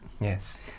Yes